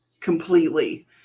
completely